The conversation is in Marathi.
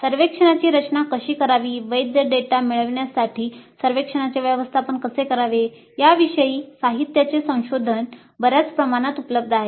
सर्वेक्षणांची रचना कशी करावी वैध डेटा मिळविण्यासाठी सर्वेक्षणांचे व्यवस्थापन कसे करावे याविषयी साहित्याचे संशोधन बर्याच प्रमाणात उपलब्ध आहेत